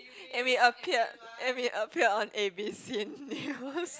and we appeared and we appeared on A_B_C news